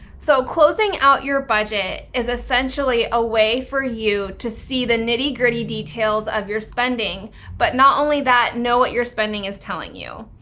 so closing out your budget is essentially a way for you to see the nitty-gritty details of your spending but not only that, know what your spending is telling you.